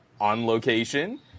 on-location